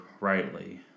rightly